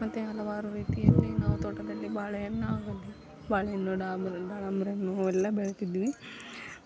ಮತ್ತು ಹಲವಾರು ರೀತಿಯಲ್ಲಿ ನಾವು ತೋಟದಲ್ಲಿ ಬಾಳೆ ಹಣ್ಣಾಗಲಿ ಬಾಳೆ ಹಣ್ಣು ದಾಳಿಂಬೆ ಹಣ್ಣು ಎಲ್ಲ ಬೆಳೀತಿದ್ವಿ